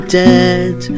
dead